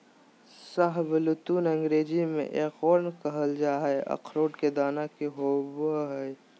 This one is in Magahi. शाहबलूत अंग्रेजी में एकोर्न कहल जा हई, अखरोट के दाना के होव हई